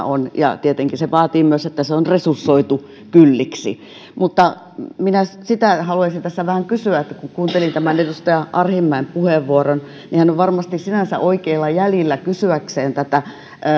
on ja tietenkin se vaatii myös sen että se on resursoitu kylliksi minä haluaisin tässä vähän kysyä kun kun kuuntelin edustaja arhinmäen puheenvuoron ja hän on varmasti oikeilla jäljillä kysyessään tätä